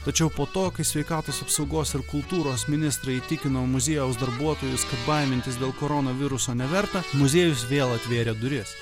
tačiau po to kai sveikatos apsaugos ir kultūros ministrai įtikino muziejaus darbuotojus kad baimintis dėl koronaviruso neverta muziejus vėl atvėrė duris